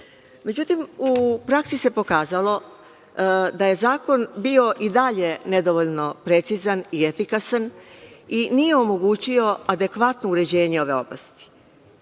u praksi se pokazalo da je zakon bio i dalje nedovoljno precizan i efikasan i nije omogućio adekvatno uređenje ove oblasti.